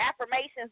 affirmations